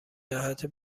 جهت